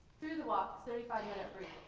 through the walk's seventy five minute route,